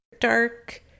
dark